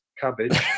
cabbage